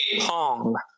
pong